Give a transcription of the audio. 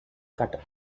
cutter